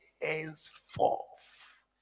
henceforth